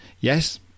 Yes